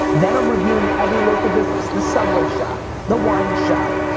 then i'm reviewing every local business, the subway shop, the wine shop,